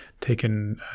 taken